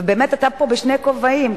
ובאמת אתה פה בשני כובעים,